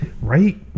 Right